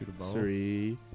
three